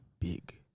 big